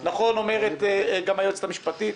נכון אומרת היועצת המשפטית,